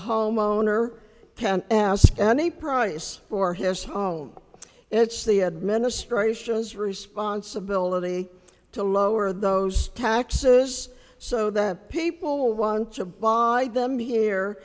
homeowner can ask any price for his home it's the administration's responsibility to lower those taxes so that people want to buy them here